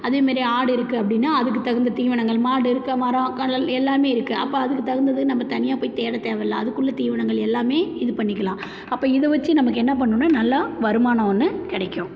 அதேமாதிரி ஆடு இருக்குது அப்படினா அதுக்குத் தகுந்த தீவனங்கள் மாடு இருக்குது மரம் கடல் எல்லாமே இருக்குது அப்போ அதுக்குத் தகுந்தது நம்ம தனியாக போய் தேட தேவை இல்லை அதுக்கு உள்ள தீவனங்கள் எல்லாமே இது பண்ணிக்கிலாம் அப்போ இதை வச்சு நமக்கு என்ன பண்ணணும் நல்லா வருமானம் ஒன்று கிடைக்கும்